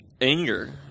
anger